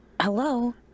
Hello